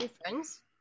friends